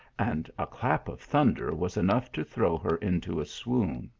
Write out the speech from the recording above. and a clap of thunder was enough to throw her into a swoon.